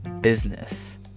business